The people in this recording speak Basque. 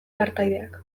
partaideak